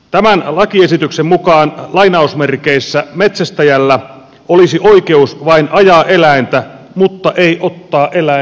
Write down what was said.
tämän lakiesityksen mukaan metsästäjällä olisi oikeus vain ajaa eläintä mutta ei ottaa eläintä eräksi